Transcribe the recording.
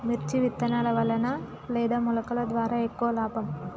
మిర్చి విత్తనాల వలన లేదా మొలకల ద్వారా ఎక్కువ లాభం?